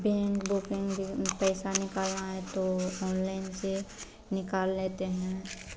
bank booking भी पैसा निकलना है तो ओनलाइन से निकाल लेते हैं